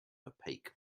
opaque